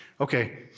Okay